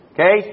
Okay